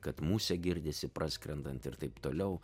kad musė girdisi praskrendant ir taip toliau